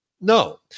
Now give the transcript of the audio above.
no